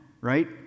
right